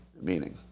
meaning